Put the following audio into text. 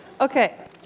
Okay